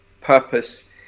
purpose